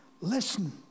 Listen